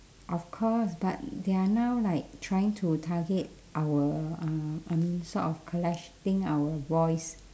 of course but they are now like trying to target our uh I mean sort of collecting our voice